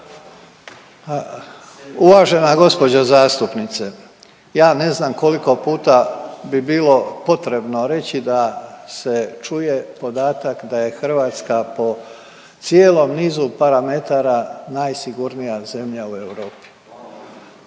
Uvažena gđo zastupnice. Ja ne znam koliko puta bi bilo potrebno reći da se čuje podatak da je Hrvatska po cijelom nizu parametara najsigurnija zemlja u Europi.